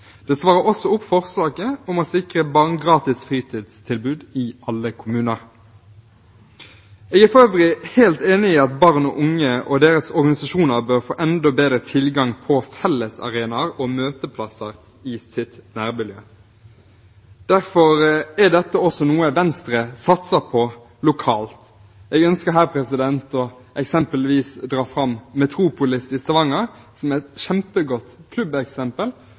Det svarer også på forslaget om å sikre barn gratis fritidstilbud i alle kommuner. Jeg er for øvrig helt enig i at barn og unge og deres organisasjoner bør få enda bedre tilgang på fellesarenaer og møteplasser i sitt nærmiljø. Derfor er dette også noe Venstre satser på lokalt. Jeg ønsker her eksempelvis å dra fram Metropolis i Stavanger, som er et kjempegodt klubbeksempel